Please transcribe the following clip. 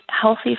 healthy